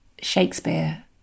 Shakespeare